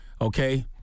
Okay